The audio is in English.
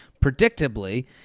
predictably